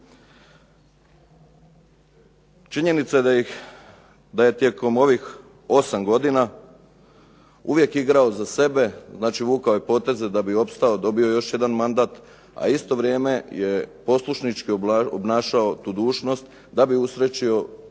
Činjenica da ih, da je tijekom ovih 8 godina uvijek igrao za sebe, znači vukao je poteze da bi opstao, dobio je još jedan mandat, a u isto vrijeme je poslušnički obnašao tu dužnost da bi usrećio